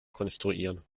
konstruieren